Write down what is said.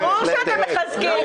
ברור שאתם מחזקים.